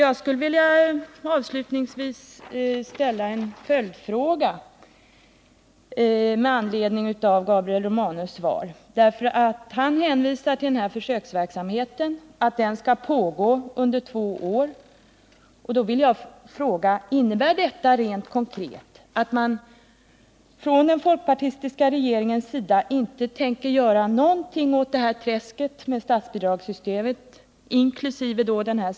Jag skulle avslutningsvis vilja ställa en följdfråga med anledning av Gabriel Romanus svar. Han hänvisar till denna försöksverksamhet som skall pågå under två år, och då vill jag fråga: Innebär detta rent konkret att man från den folkpartistiska regeringens sida inte tänker göra någonting åt detta träsk som statsbidragssystemet utgör, inkl.